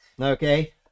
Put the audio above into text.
okay